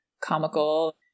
comical